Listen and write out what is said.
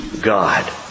God